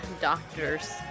Doctors